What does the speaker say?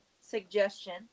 suggestion